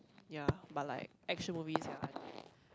ya but like action movies ya I like